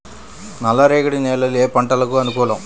నల్లరేగడి నేలలు ఏ పంటలకు అనుకూలం?